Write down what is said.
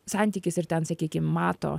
santykis ir ten sakykim mato